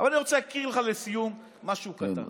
אבל אני רוצה להזכיר לך לסיום משהו קטן.